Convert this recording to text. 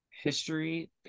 history